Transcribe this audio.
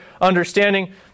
understanding